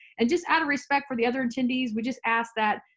and just out of respect for the other attendees we just ask that,